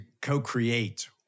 co-create